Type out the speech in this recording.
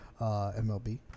MLB